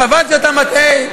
חבל שאתה מטעה,